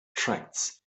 tracts